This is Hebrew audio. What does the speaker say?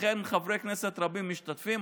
לכן חברי כנסת רבים משתתפים.